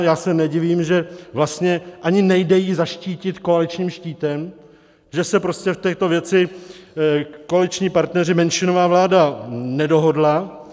Já se nedivím, že vlastně ani nejde ji zaštítit koaličním štítem, že se prostě v této věci koaliční partneři, menšinová vláda nedohodla.